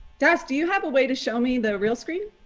das, do you have a way to show me the real screen?